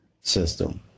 system